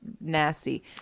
nasty